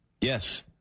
Yes